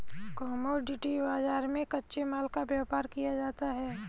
commodity बाजार में कच्चे माल का व्यापार किया जाता है